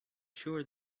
sure